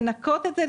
לנקות את זה,